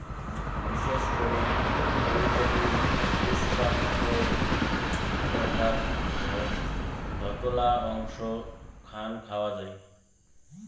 বিশেষ করি ফুলকপির পুষ্পাক্ষ অর্থাৎ ধওলা অংশ খান খাওয়াং হই